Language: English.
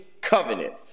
covenant